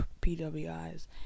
PWIs